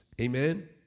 Amen